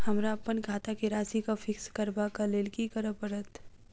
हमरा अप्पन खाता केँ राशि कऽ फिक्स करबाक लेल की करऽ पड़त?